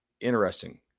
interesting